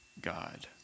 god